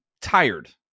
tired